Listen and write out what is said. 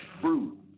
fruit